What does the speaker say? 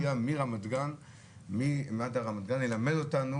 הגיע ממד"א רמת גן ללמד אותנו,